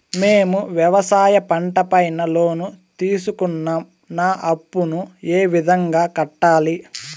మేము వ్యవసాయ పంట పైన లోను తీసుకున్నాం నా అప్పును ఏ విధంగా కట్టాలి